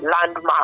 Landmark